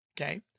okay